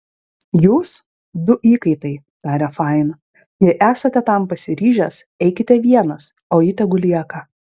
jūs du įkaitai tarė fain jei esate tam pasiryžęs eikite vienas o ji tegu lieka